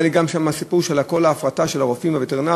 היה לי גם שם סיפור של כל ההפרטה של הרופאים הווטרינרים,